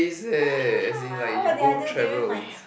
ah ha ha what do I do during my